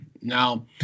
Now